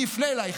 אני אפנה אלייך.